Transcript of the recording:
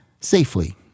safely